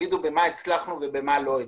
שיגידו במה הצלחנו ובמה לא הצלחנו.